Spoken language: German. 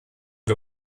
wir